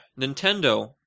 Nintendo